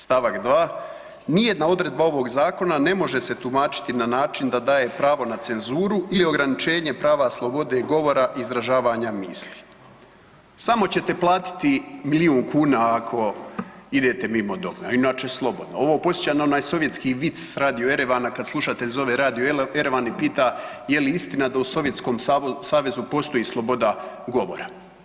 St. 2, nijedna odredba ovog zakona ne može se tumačiti na način da daje pravo na cenzuru ili ograničenje prava slobode govora i izražavanja misli, samo ćete platiti milijun kuna ako idete mimo …/nerazumljivo/… inače slobodnom, podsjeća na onaj sovjetski vic Radio Erevana, kad slušate zove Radio Erevan i pita je li istina da u Sovjetskom savezu postoji sloboda govora.